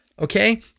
Okay